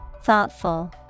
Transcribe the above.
Thoughtful